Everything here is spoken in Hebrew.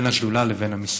בין השדולה לבין המשרד.